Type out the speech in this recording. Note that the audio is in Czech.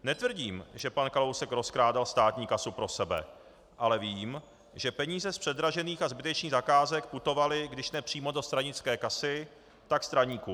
Netvrdím, že pan Kalousek rozkrádal státní kasu pro sebe, ale vím, že peníze z předražených a zbytečných zakázek putovaly když ne přímo do stranické kasy, tak straníkům.